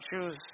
choose